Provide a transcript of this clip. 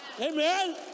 amen